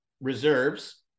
reserves